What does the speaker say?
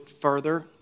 further